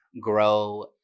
grow